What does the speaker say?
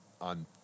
on